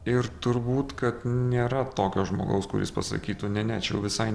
ir turbūt kad nėra tokio žmogaus kuris pasakytų ne ne čia jau visai